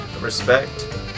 Respect